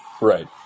Right